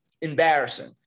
Embarrassing